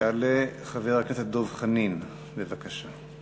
יעלה חבר הכנסת דב חנין, בבקשה.